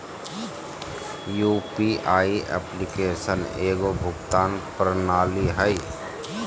UPI application एगो भुगतान प्रणाली हइ